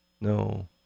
No